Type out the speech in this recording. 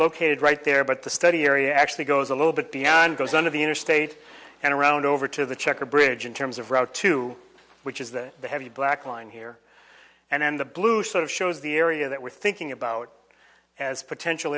located right there but the study area actually goes a little bit beyond goes under the interstate and around over to the checker bridge in terms of route two which is the heavy black line here and the blue sort of shows the area that we're thinking about as potential